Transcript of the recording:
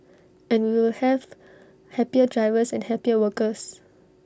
and we will have happier drivers and happier workers